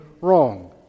wrong